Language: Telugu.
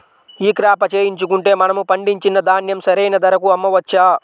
ఈ క్రాప చేయించుకుంటే మనము పండించిన ధాన్యం సరైన ధరకు అమ్మవచ్చా?